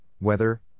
weather